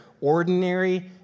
ordinary